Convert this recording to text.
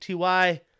ty